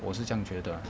我是这样觉得 ah